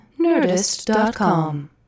Nerdist.com